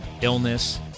illness